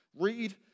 Read